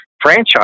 franchise